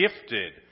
gifted